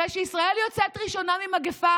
אחרי שישראל יוצאת ראשונה ממגפה